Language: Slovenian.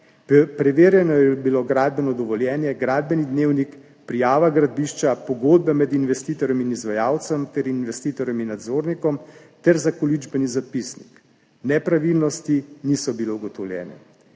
Preverjeno je bilo gradbeno dovoljenje, gradbeni dnevnik, prijava gradbišča, pogodbe med investitorjem in izvajalcem ter investitorjem in nadzornikom ter zakoličbeni zapisnik. Nepravilnosti niso bile ugotovljene.